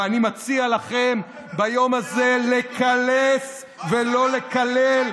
ואני מציע לכם ביום הזה לקלס ולא לקלל,